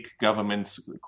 governments